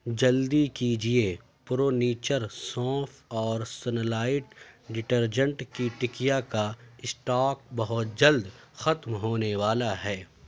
جلدی کیجیے pro nature سونف اور سنلائیٹ ڈٹرجنٹ کی ٹکیا کا اسٹاک بہت جلد ختم ہونے والا ہے